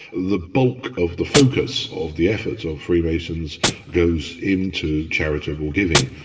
the bulk, of the focus of the efforts of freemasons goes into charitable giving,